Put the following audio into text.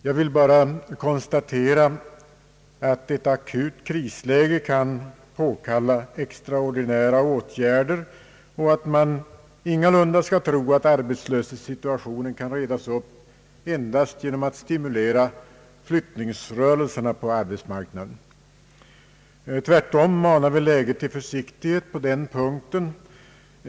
Jag konstaterar bara att ett akut krisläge kan påkalla extraordinära åtgärder och att man ingalunda skall tro att arbetslöshetssituationen kan redas upp endast genom att stimulera flyttningsrörelserna på arbetsmarknaden. Tvärtom manar läget till försiktighet på den punkten.